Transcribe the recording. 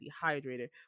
dehydrated